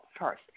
first